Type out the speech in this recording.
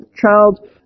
child